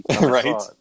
Right